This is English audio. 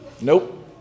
nope